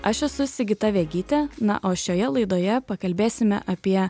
aš esu sigita vegytė na o šioje laidoje pakalbėsime apie